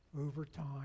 overtime